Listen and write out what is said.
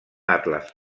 atles